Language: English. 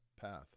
path